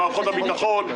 למערכות הביטחון,